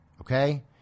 Okay